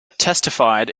testified